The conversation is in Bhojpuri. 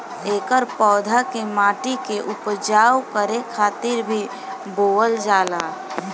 एकर पौधा के माटी के उपजाऊ करे खातिर भी बोअल जाला